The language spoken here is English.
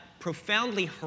Profoundly